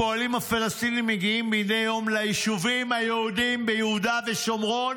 הפועלים הפלסטינים מגיעים מדי יום ליישובים היהודיים ביהודה ושומרון